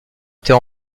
était